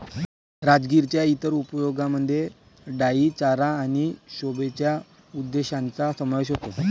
राजगिराच्या इतर उपयोगांमध्ये डाई चारा आणि शोभेच्या उद्देशांचा समावेश होतो